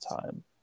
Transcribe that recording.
time